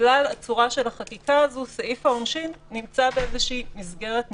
בגלל הצורה של החקיקה הזו סעיף העונשין נמצא באיזושהי מסגרת נפרדת,